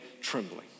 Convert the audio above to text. trembling